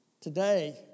Today